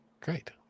great